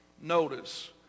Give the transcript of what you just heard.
notice